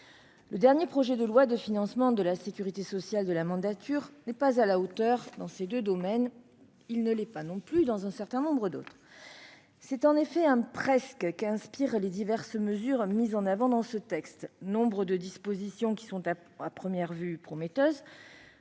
Le dernier projet de loi de financement de la sécurité sociale de la mandature n'est pas à la hauteur dans ces deux domaines, ni dans d'autres au demeurant. C'est en effet un « presque » qu'inspirent les diverses mesures mises en avant dans ce texte : de nombreuses dispositions, à première vue prometteuses,